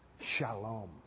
Shalom